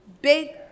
big